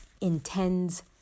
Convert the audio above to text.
intends